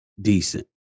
decent